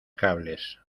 cables